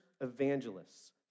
evangelists